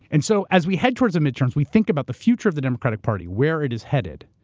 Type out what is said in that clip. and so as we head towards the midterms, we think about the future of the democratic party, where it is headed.